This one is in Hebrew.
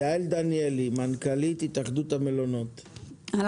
יעל דניאלי, מנכ"לית התאחדות המלונות, בבקשה.